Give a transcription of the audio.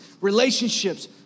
relationships